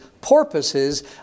porpoises